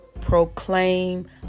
proclaim